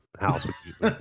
house